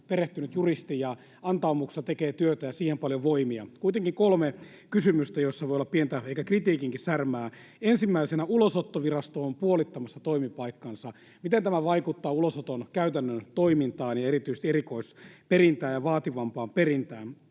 perehtynyt juristi ja antaumuksella tekevän työtä, ja siihen paljon voimia. Kuitenkin kolme kysymystä, joissa voi olla pientä ehkä kritiikinkin särmää. Ensimmäisenä: Ulosottovirasto on puolittamassa toimipaikkansa. Miten tämä vaikuttaa ulosoton käytännön toimintaan ja erityisesti erikoisperintään ja vaativampaan perintään?